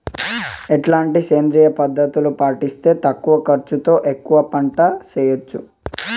ఎట్లాంటి సేంద్రియ పద్ధతులు పాటిస్తే తక్కువ ఖర్చు తో ఎక్కువగా పంట చేయొచ్చు?